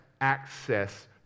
access